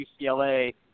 UCLA